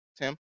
Tim